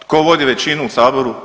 Tko vodi većinu u Saboru?